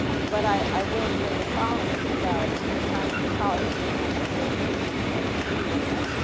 but i i will say the following about our scientific colleagues. and i think i can say this because i used to be one of them,